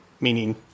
meaning